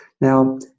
Now